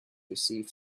receive